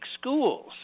schools